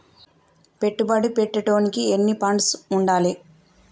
పెట్టుబడి పెట్టేటోనికి ఎన్ని ఫండ్స్ ఉండాలే?